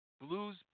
blues